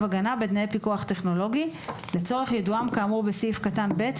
הגנה בתנאי פיקוח טכנולוגי לצורך יידועם כאמור בסעיף קטן (ב),